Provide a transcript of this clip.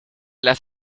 las